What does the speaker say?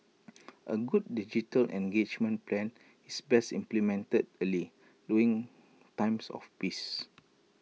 A good digital engagement plan is best implemented early during times of peace